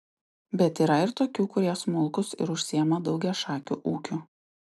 bet yra ir tokių kurie smulkūs ir užsiima daugiašakiu ūkiu